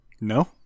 No